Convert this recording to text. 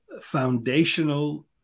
foundational